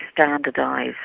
standardize